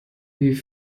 wie